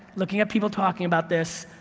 looking at people talking about this,